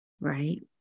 right